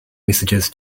messages